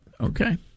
Okay